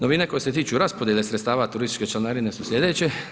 Novine koje se tiču raspodjele sredstava turističke članarine su slijedeće.